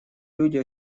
люди